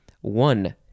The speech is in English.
One